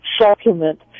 supplement